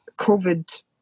COVID